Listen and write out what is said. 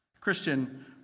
Christian